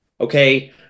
okay